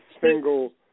single